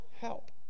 help